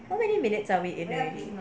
how many minutes are we in already